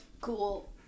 Cool